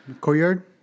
Courtyard